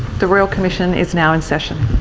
the royal commission is now in session.